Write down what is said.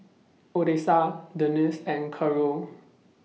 Odessa Denice and Carole